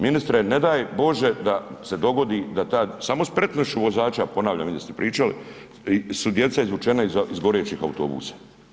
Ministre, ne daj Bože da se dogodi, samo spretnošću vozača, ponavljam jel ste pričali, su djeca izvučena iz gorećih autobusa.